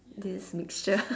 this mixture